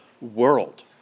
world